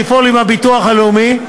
לפעול עם הביטוח הלאומי.